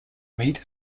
meet